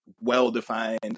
well-defined